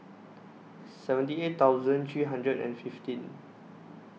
seventy eight thousand three hundred and fifteen